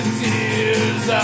tears